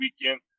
weekend